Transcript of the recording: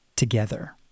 Together